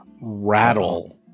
rattle